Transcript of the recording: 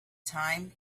time